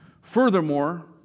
furthermore